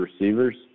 receivers